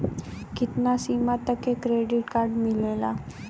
कितना सीमा तक के क्रेडिट कार्ड मिलेला?